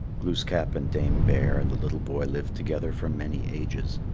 glooskap and dame bear and the little boy lived together for many ages.